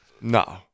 No